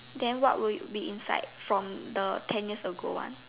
then what will be inside from the ten years ago one